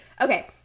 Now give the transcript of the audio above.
Okay